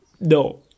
no